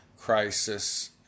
crisis